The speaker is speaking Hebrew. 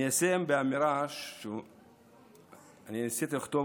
אני אסיים באמירה שניסיתי לכתוב,